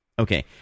Okay